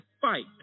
fight